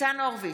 ניצן הורוביץ,